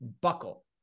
buckle